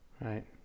Right